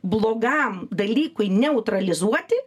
blogam dalykui neutralizuoti